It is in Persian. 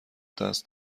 دست